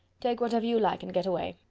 take whatever you like, and get away.